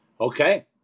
Okay